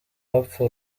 bapfa